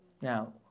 Now